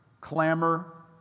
clamor